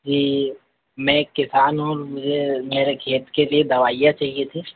जी मैं किसान हूँ और मुझे मेरे खेत के लिए दवाइयाँ चाहिए थी